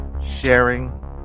sharing